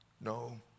no